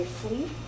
sleep